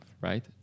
right